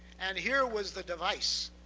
and here was the device,